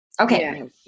Okay